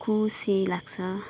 खुसी लाग्छ